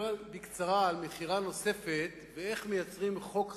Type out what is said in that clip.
בקצרה על מכירה נוספת ואיך מייצרים חוק חדש,